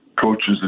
coaches